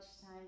time